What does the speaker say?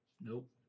nope